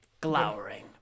glowering